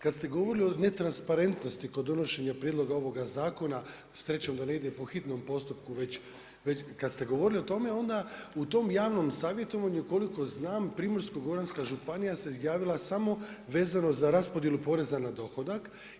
Kad ste govorili o netransparentnosti kod donošenja prijedloga ovoga zakona srećom da ne ide po hitnom postupku već kad ste govorili o tome, onda u tom javnom savjetovanju koliko znam Primorsko-goranska županija se javila samo vezano za raspodjelu poreza na dohodak.